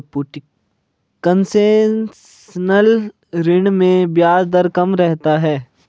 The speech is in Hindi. कंसेशनल ऋण में ब्याज दर कम रहता है